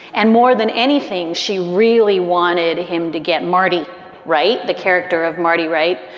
and more than anything, she really wanted him to get marty right. the character of marty. right.